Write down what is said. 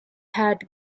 had